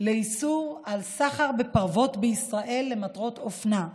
לאיסור סחר בפרוות בישראל למטרות אופנה.